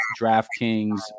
DraftKings